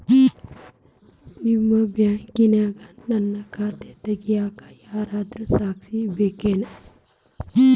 ನಿಮ್ಮ ಬ್ಯಾಂಕಿನ್ಯಾಗ ನನ್ನ ಖಾತೆ ತೆಗೆಯಾಕ್ ಯಾರಾದ್ರೂ ಸಾಕ್ಷಿ ಬೇಕೇನ್ರಿ?